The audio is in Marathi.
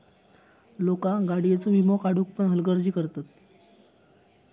लोका गाडीयेचो वीमो काढुक पण हलगर्जी करतत